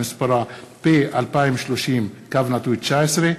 שמספרה פ/2030/19,